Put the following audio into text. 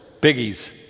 biggies